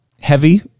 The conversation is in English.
heavy